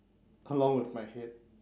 along with my head